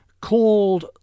called